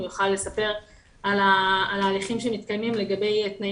הוא יוכל לספר על הליכים שמתקיימים לגבי תנאים